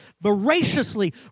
voraciously